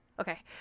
Okay